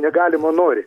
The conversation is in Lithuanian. negalim o nori